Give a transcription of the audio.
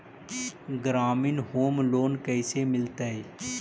ग्रामीण home loan कैसे मिलतै?